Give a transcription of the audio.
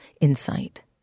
insight